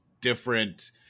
different